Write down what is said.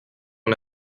ton